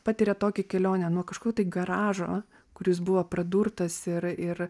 patiria tokią kelionę nuo kažkokio tai garažo kur jis buvo pradurtas ir ir